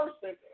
person